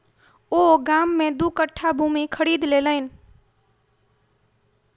ओ गाम में दू कट्ठा भूमि खरीद लेलैन